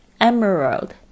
Emerald